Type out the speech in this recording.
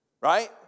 right